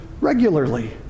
regularly